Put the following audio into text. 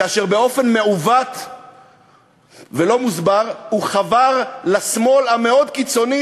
כאשר באופן מעוות ולא מוסבר הוא חבר לשמאל המאוד-קיצוני,